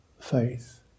faith